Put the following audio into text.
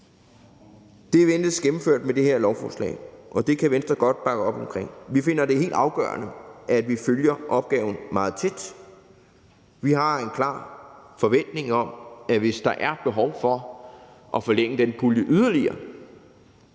Det ventes gennemført med det her lovforslag, og det kan Venstre godt bakke op om. Vi finder det helt afgørende, at man følger opgaven meget tæt. Vi har en klar forventning om, at hvis der er behov for at forlænge den pulje yderligere